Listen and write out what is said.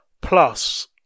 plus